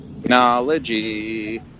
Technology